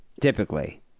typically